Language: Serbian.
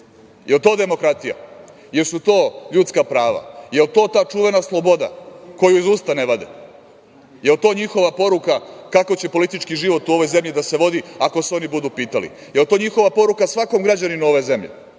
je to demokratija? Da li su to ljudska prava? Da li je to ta čuvena sloboda koju iz usta ne vade? Da li je to njihova poruka kako će politički život u ovoj zemlji da se vodi ako se oni budu pitali? Da li je to njihova poruka svakom građaninu ove zemlje?